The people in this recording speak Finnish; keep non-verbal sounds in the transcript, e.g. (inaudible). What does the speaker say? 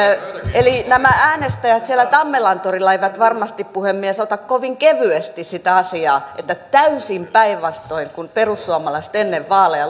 eli nämä äänestäjät siellä tammelantorilla eivät varmasti puhemies ota kovin kevyesti sitä asiaa että täysin päinvastoin kuin perussuomalaiset ennen vaaleja (unintelligible)